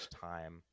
time